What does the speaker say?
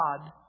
God